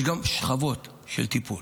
יש גם שכבות של טיפול.